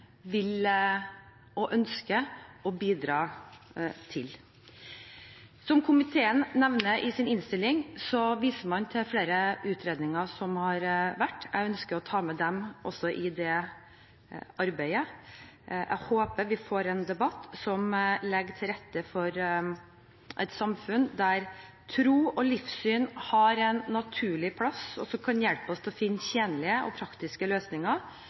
å bidra til. I sin innstilling viser komiteen til flere utredninger som er foretatt, og jeg ønsker å ta med dem i det videre arbeidet. Jeg håper vi får en debatt som legger til rette for et samfunn der tro og livssyn har en naturlig plass og kan hjelpe oss til å finne tjenlige og praktiske løsninger